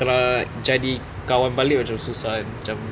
try jadi kawan balik macam susah kan macam